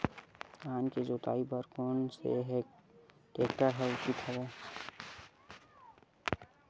धान के जोताई बर कोन से टेक्टर ह उचित हवय?